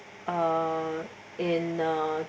uh in uh